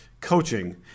coaching